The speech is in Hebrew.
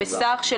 בקשה מס'